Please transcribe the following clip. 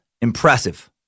Impressive